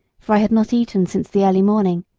for i had not eaten since the early morning,